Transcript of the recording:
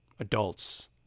Adults